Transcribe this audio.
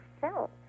felt